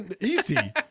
Easy